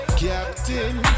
captain